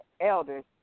elders